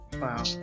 wow